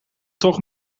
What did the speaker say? toch